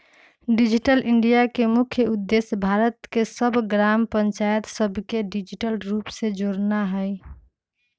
digital India के मुख्य उद्देश्य भारत के सभ ग्राम पञ्चाइत सभके डिजिटल रूप से जोड़नाइ हइ